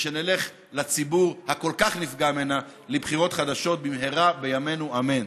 ושנלך לציבור שכל כך נפגע ממנה לבחירות חדשות במהרה בימינו אמן.